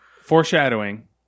Foreshadowing